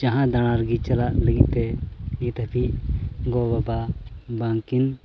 ᱡᱟᱦᱟᱸ ᱫᱟᱬᱟ ᱜᱮ ᱪᱟᱞᱟᱜ ᱞᱟᱹᱜᱤᱫ ᱛᱮ ᱱᱤᱛ ᱦᱟᱹᱵᱤᱡ ᱜᱚᱼᱵᱟᱵᱟ ᱵᱟᱝᱠᱤᱱ